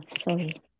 sorry